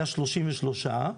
היה 33,